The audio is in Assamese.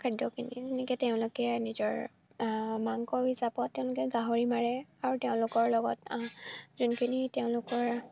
খাদ্যখিনি যেনেকৈ তেওঁলোকে নিজৰ মাংস হিচাপত তেওঁলোকে গাহৰি মাৰে আৰু তেওঁলোকৰ লগত যোনখিনি তেওঁলোকৰ